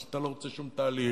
שאתה לא רוצה שום תהליך,